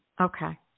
Okay